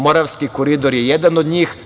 Moravski koridor je jedan od njih.